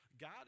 God